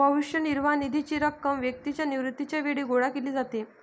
भविष्य निर्वाह निधीची रक्कम व्यक्तीच्या निवृत्तीच्या वेळी गोळा केली जाते